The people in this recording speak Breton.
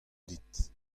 dit